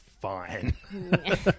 fine